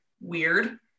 weird